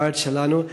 בארץ שלנו,